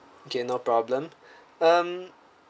okay no problem um